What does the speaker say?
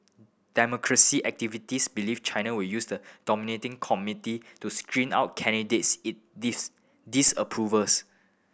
democracy activists believe China will use the nominating committee to screen out candidates it this disapproves